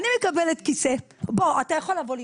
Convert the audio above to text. בוא, אתה יכול לבוא לראות.